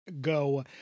go